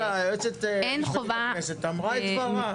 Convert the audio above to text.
בסדר, אבל היועצת המשפטית לכנסת אמרה את דברה.